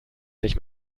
sich